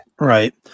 Right